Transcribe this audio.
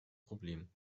problem